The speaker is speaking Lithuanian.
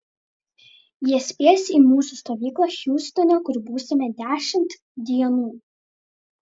jie spės į mūsų stovyklą hjustone kur būsime dešimt dienų